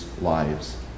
lives